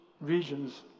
regions